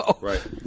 Right